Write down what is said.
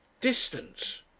Distance